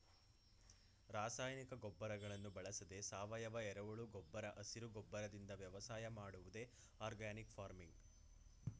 ರಾಸಾಯನಿಕ ಗೊಬ್ಬರಗಳನ್ನು ಬಳಸದೆ ಸಾವಯವ, ಎರೆಹುಳು ಗೊಬ್ಬರ ಹಸಿರು ಗೊಬ್ಬರದಿಂದ ವ್ಯವಸಾಯ ಮಾಡುವುದೇ ಆರ್ಗ್ಯಾನಿಕ್ ಫಾರ್ಮಿಂಗ್